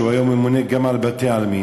שהוא היום ממונה גם על בתי-העלמין,